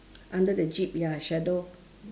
under the jeep ya shadow